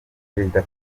perezida